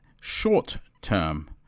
short-term